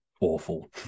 awful